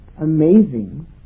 amazing